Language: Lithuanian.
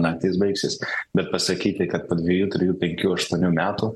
naktį jis baigsis bet pasakyti kad po dviejų trijų penkių aštuonių metų